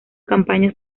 campañas